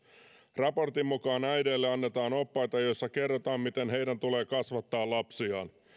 raportin mukaan äideille annetaan oppaita joissa kerrotaan miten heidän tulee kasvattaa lapsiaan